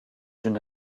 une